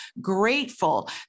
grateful